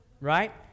Right